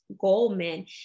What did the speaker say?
Goldman